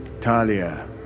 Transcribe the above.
Talia